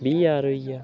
बीह् ज्हार होइया